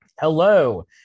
Hello